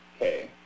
Okay